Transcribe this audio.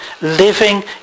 living